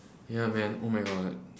ya man oh my god